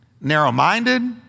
narrow-minded